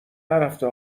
نرفته